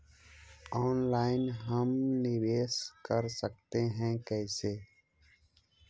Online हम निवेश कर सकते है, कैसे?